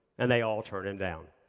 and they all turn him down.